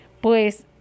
Pues